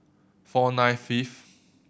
four nine fifth